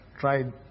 tried